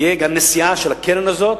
תהיה גם נשיאה של הקרן הזאת,